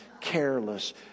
Careless